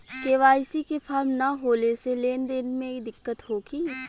KYC के form न होले से लेन देन में दिक्कत होखी?